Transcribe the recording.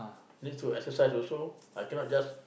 need to exercise also I cannot just